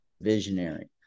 visionary